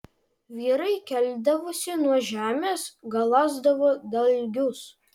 vyrai keldavosi nuo žemės galąsdavo dalgius